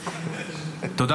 תמשיך, פעם אחת.